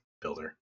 builder